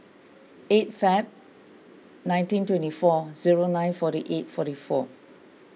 eight Feb nineteen twenty four zero nine forty eight forty four